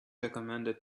recommended